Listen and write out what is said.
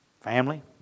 Family